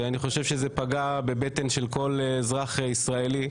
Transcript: ואני חושב שזה פגע בבטן של כל אזרח ישראלי,